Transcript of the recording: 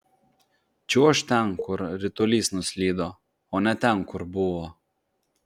čiuožk ten kur ritulys nuslydo o ne ten kur buvo